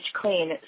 clean